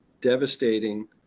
devastating